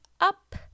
up